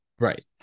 Right